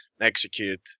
execute